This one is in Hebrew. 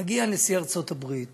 מגיע נשיא ארצות הברית